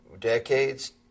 decades